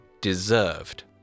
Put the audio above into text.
deserved